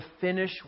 finish